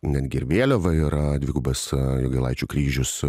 netgi vėliava yra dvigubas jogailaičių kryžius